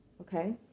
Okay